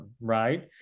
right